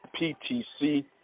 PTC